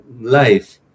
life